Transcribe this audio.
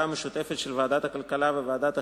המשותפת של ועדת הכלכלה וועדת החינוך,